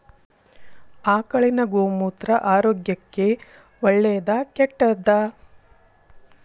ಆಕಳಿನ ಗೋಮೂತ್ರ ಆರೋಗ್ಯಕ್ಕ ಒಳ್ಳೆದಾ ಕೆಟ್ಟದಾ?